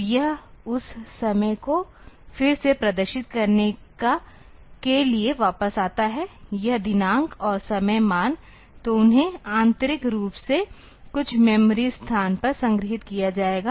तो यह उस समय को फिर से प्रदर्शित करने के लिए वापस आता है यह दिनांक और समय मान तो उन्हें आंतरिक रूप से कुछ मेमोरी स्थान पर संग्रहीत किया जाएगा